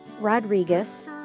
Rodriguez